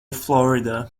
florida